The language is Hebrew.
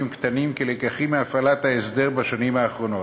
קטנים כלקחים מהפעלת ההסדר בשנים האחרונות.